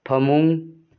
ꯐꯃꯨꯡ